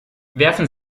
werfen